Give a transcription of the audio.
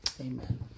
amen